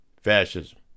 fascism